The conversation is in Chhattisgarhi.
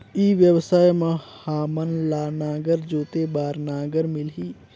ई व्यवसाय मां हामन ला नागर जोते बार नागर मिलही?